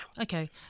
Okay